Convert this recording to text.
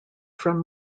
from